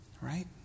Right